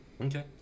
Okay